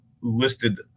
listed